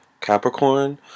Capricorn